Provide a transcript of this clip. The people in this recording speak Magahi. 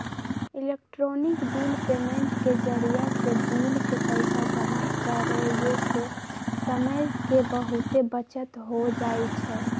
इलेक्ट्रॉनिक बिल पेमेंट के जरियासे बिल के पइसा जमा करेयसे समय के बहूते बचत हो जाई छै